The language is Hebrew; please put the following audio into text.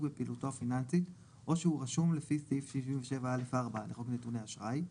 בפעילותו הפיננסית או שהוא רשום לפי סעיף 67(א)(4) לחוק נתוני אשראי,